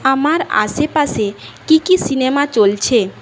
আমার আশেপাশে কী কী সিনেমা চলছে